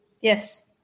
Yes